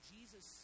Jesus